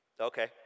Okay